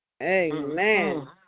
Amen